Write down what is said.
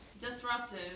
Disruptive